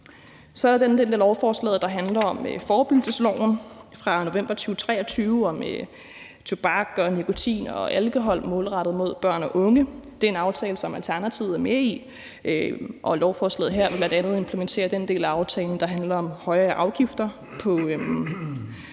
er der den del af lovforslaget, der handler om forebyggelsesloven fra november 2023 om tobak og nikotin og alkohol målrettet mod børn og unge. Det er en aftale, som Alternativet er med i, og lovforslaget her vil bl.a. implementere den del af aftalen, der handler om højere afgift på nikotin,